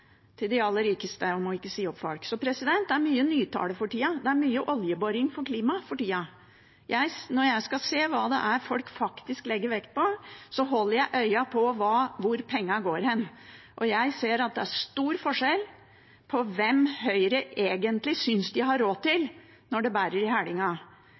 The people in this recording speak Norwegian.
til de aller rikeste om ikke å si opp folk. Det er mye nytale for tida – det er mye oljeboring for klima for tida. Når jeg skal se hva folk faktisk legger vekt på, holder jeg øynene på hvor pengene går hen. Jeg ser at det er stor forskjell på hva Høyre egentlig syns de har råd til når det «bærer i hælinga».